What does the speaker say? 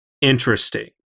interesting